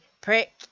prick